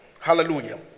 Hallelujah